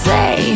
Say